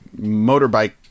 motorbike